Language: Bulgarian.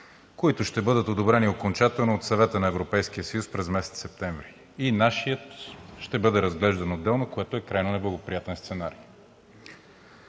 които ще бъдат одобрени окончателно от Съвета на Европейския съюз през месец септември, и нашият ще бъде разглеждан отделно, което е крайно неблагоприятен сценарий.